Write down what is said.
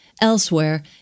Elsewhere